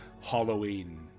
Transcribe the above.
Halloween